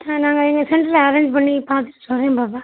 ம் நாங்கள் எங்கள் சென்டரில் அரேஞ்ச் பண்ணி பார்த்துட்டு சொல்கிறேன் பாப்பா